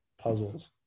puzzles